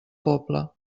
poble